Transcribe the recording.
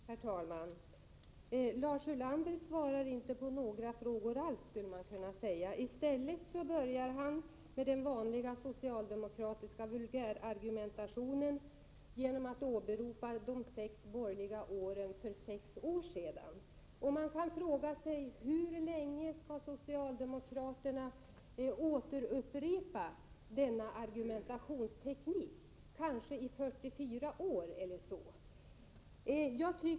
Herr talman! Lars Ulander svarar inte på några frågor alls, skulle man kunna säga. I stället börjar han med den vanliga socialdemokratiska vulgärargumentationen och åberopar de sex borgerliga åren för sex år sedan. Man kan fråga sig: Hur länge skall socialdemokraterna upprepa denna argumentation — kanske i 44 år?